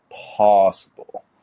possible